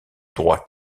droit